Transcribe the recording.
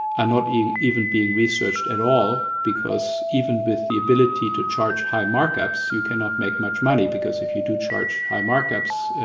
are not even even being researched at all, because even with the ability to charge high mark-ups, you cannot make much money, because if you do charge high mark-ups,